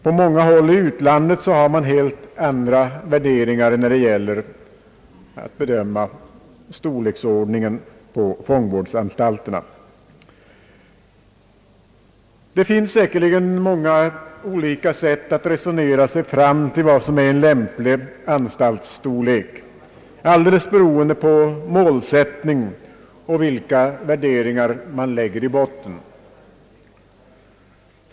På många håll i utlandet har man helt andra värderingar när det gäller att bedöma storleken på fångvårdsanstalterna. Det finns säkerligen många olika sätt att resonera sig fram till vad som är en lämplig anstaltsstorlek, helt beroende på målsättningen och vilka värderingar man lägger i botten.